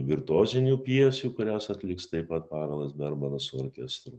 virtuozinių pjesių kurias atliks taip pat pavelas bermanas su orkestru